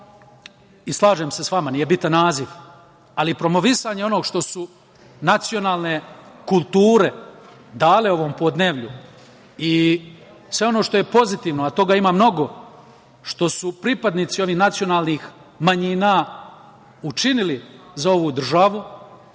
i slažem se s vama, nije bitan naziv, ali promovisanje onog što su nacionalne kulture dale ovom podneblju i sve ono što je pozitivno, a toga ima mnogo, što su pripadnici ovih nacionalnih manjina učinili za ovu državu